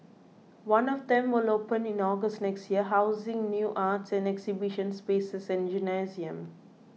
one of them will open in August next year housing new arts and exhibition spaces and a gymnasium